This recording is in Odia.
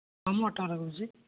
ହଁ ମୁଁ ଅଟୋଵାଲା କହୁଛି